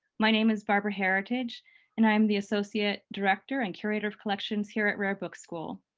my name is barbara heritage and i'm the associate director and curator of collections here at rare book school.